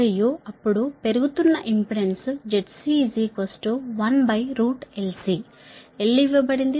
మరియు అప్పుడు పెరుగుతున్న ఇంపెడెన్స్ ZC 1LC L ఇవ్వబడింది C ఇవ్వబడింది